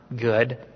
good